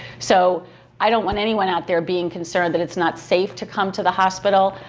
so i don't want anyone out there being concerned that it's not safe to come to the hospital.